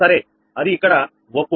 సరే అది ఇక్కడ ఒప్పు